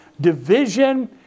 division